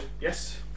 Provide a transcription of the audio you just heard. yes